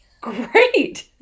Great